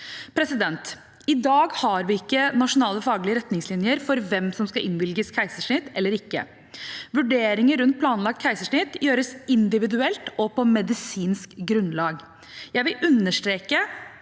opplæring. I dag har vi ikke nasjonale faglige retningslinjer for hvem som skal innvilges keisersnitt eller ikke. Vurderinger rundt planlagt keisersnitt gjøres individuelt og på medisinsk grunnlag. Jeg vil understreke